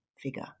figure